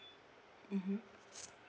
mmhmm